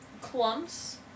clumps